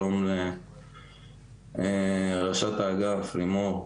שלום לראשת האגף לימור,